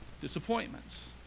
disappointments